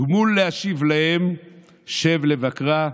גמול להשיב להם שב לבקרה.